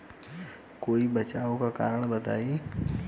कोई बचाव के कारण बताई?